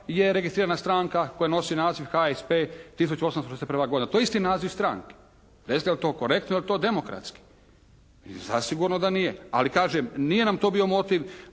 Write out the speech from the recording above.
je registrirana stranka koja nosi naziv HSP 1861. godina. To je isti naziv stranke. Recite je li to korektno, je li to demokratski? Zasigurno da nije. Ali kažem, nije nam to bio motiv.